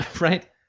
Right